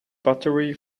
buttery